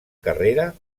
carrera